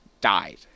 died